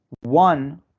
one